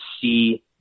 see